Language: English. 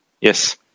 Yes